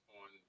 on